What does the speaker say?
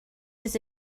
his